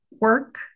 work